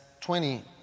twenty